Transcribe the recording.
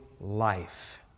life